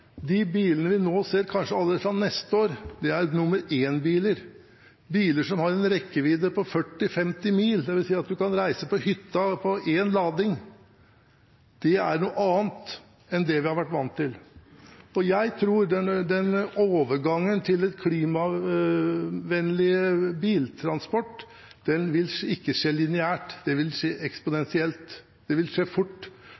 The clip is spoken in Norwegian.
De bilene vi kommer til å se kanskje allerede fra neste år, er nummer-én-biler – biler som har en rekkevidde på 40–50 mil. Det vil si at man kan reise på hytta på én lading. Det er noe annet enn det vi har vært vant til. Jeg tror overgangen til klimavennlig biltransport ikke vil skje lineært, men at den vil skje eksponentielt. Det vil skje